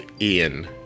Ian